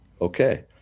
Okay